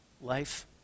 life